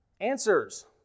answers